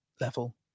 level